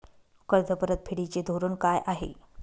कर्ज परतफेडीचे धोरण काय आहे?